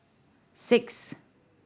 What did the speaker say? six